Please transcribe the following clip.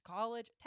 College